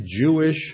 Jewish